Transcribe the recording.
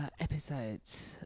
episodes